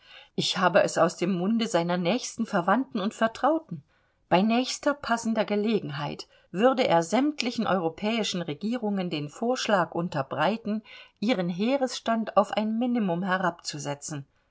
ich habe es aus dem munde seiner nächsten verwandten und vertrauten bei nächster passender gelegenheit würde er sämtlichen europäischen regierungen den vorschlag unterbreiten ihren heeresstand auf ein minimum herabzusetzen